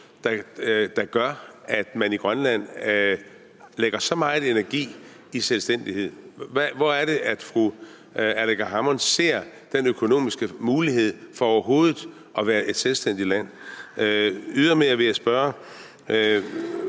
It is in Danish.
der gør, at man i Grønland lægger så meget energi i selvstændighed? Hvor er det, at fru Aleqa Hammond ser den økonomiske mulighed for overhovedet at være et selvstændigt land? Ydermere vil jeg spørge: